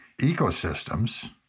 ecosystems